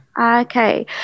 okay